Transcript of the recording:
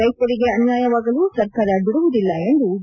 ರೈತರಿಗೆ ಅನ್ಯಾಯವಾಗಲು ಸರ್ಕಾರ ಬಿಡುವದಿಲ್ಲ ಎಂದು ಡಿ